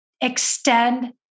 Extend